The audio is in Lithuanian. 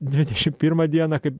dvidešimt pirmą dieną kaip